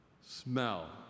smell